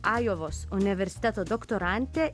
ajovos universiteto doktorantė